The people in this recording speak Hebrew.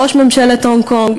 ראש ממשלת הונג-קונג,